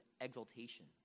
exultation